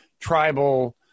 tribal